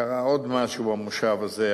קרה עוד משהו במושב הזה,